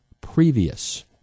previous